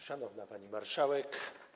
Szanowna Pani Marszałek!